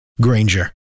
Granger